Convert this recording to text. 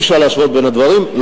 אי-אפשר להשוות בין שני הדברים.